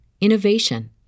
innovation